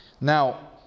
Now